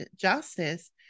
justice